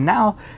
Now